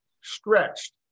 stretched